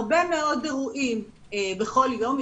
הרבה מאוד אירועים בכל יום.